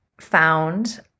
found